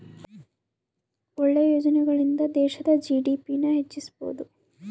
ಒಳ್ಳೆ ಯೋಜನೆಗಳಿಂದ ದೇಶದ ಜಿ.ಡಿ.ಪಿ ನ ಹೆಚ್ಚಿಸ್ಬೋದು